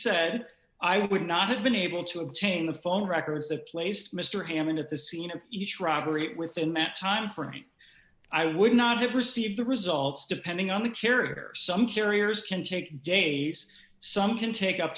said i would not have been able to obtain the phone records the placed mr hammond at the scene of each robbery within that time for me i would not have received the results depending on the character some carriers can take days some can take up